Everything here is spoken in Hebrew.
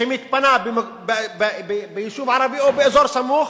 שמתפנה ביישוב ערבי או באזור סמוך,